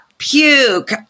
Puke